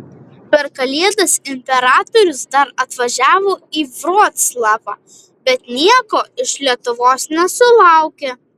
per kalėdas imperatorius dar atvažiavo į vroclavą bet nieko iš lietuvos nesulaukė